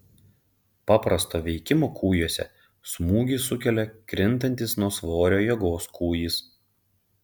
paprasto veikimo kūjuose smūgį sukelia krintantis nuo svorio jėgos kūjis